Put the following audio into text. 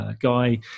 guy